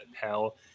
hell